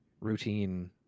routine